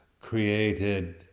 created